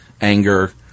anger